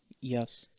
Yes